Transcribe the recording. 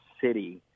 city